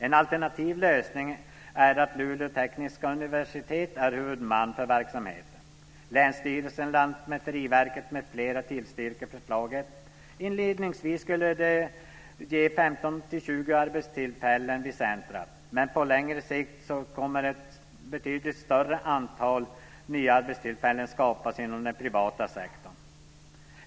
En alternativ lösning är att Luleå tekniska universitet är huvudman för verksamheten. Länsstyrelsen, Lantmäteriverket och andra tillstyrker förslaget. Inledningsvis skulle det ge 15-20 arbetstillfällen vid centrumet, men på längre sikt kommer ett betydligt större antal nya arbetstillfällen att skapas inom den privata sektorn.